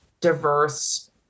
diverse